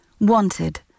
Wanted